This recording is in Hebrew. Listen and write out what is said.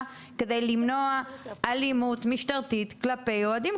כדי למנוע אלימות משטרתית כלפי אוהדים,